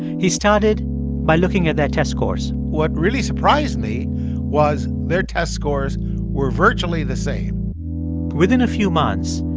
he started by looking at their test scores what really surprised me was their test scores were virtually the same within a few months,